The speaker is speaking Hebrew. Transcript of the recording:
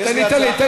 תן לי דקה.